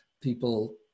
people